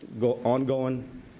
ongoing